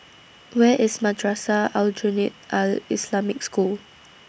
Where IS Madrasah Aljunied Al Islamic School